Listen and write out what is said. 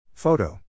Photo